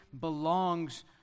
belongs